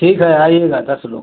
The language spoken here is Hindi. ठीक है आइएगा दस लोग